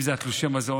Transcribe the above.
אם זה בתלושי המזון,